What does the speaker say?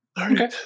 Okay